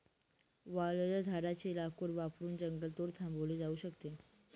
वाळलेल्या झाडाचे लाकूड वापरून जंगलतोड थांबवली जाऊ शकते